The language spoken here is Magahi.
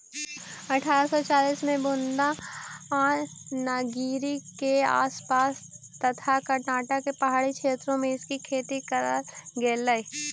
अठारा सौ चालीस में बुदानगिरी के आस पास तथा कर्नाटक के पहाड़ी क्षेत्रों में इसकी खेती करल गेलई